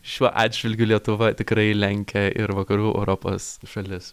šiuo atžvilgiu lietuva tikrai lenkia ir vakarų europos šalis